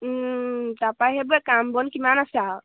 তাপা সেইবোৰে কাম বন কিমান আছে আ